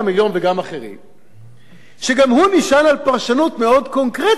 שגם הוא נשען על פרשנות מאוד קונקרטית משפטית וסלקטיבית של הדין,